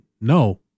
No